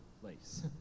place